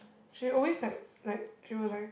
she always like like she will like